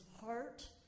heart